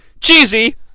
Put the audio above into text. Cheesy